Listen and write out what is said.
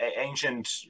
ancient